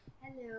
hello